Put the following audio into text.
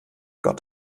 gott